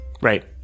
Right